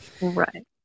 right